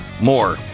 more